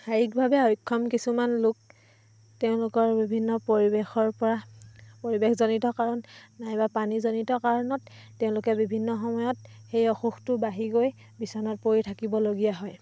শাৰীৰিকভাৱে অক্ষম কিছুমান লোক তেওঁলোকৰ বিভিন্ন পৰিৱেশৰ পৰা পৰিৱেশজনিত কাৰণ নাইবা পানীজনিত কাৰণত তেওঁলোকে বিভিন্ন সময়ত সেই অসুখটো বাঢ়ি গৈ বিচনাত পৰি থাকিবলগীয়া হয়